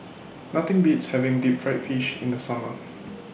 Nothing Beats having Deep Fried Fish in The Summer